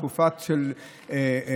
תקופה של בחירות,